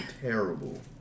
terrible